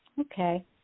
Okay